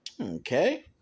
Okay